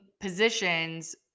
positions